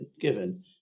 given